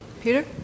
Peter